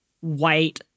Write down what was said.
white